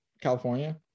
California